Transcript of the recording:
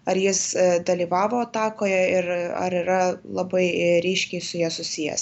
ar jis dalyvavo atakoje ir ar yra labai ryškiai su ja susijęs